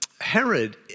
Herod